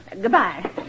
Goodbye